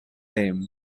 them